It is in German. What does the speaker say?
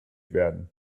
werden